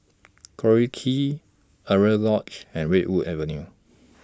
Collyer Quay Alaunia Lodge and Redwood Avenue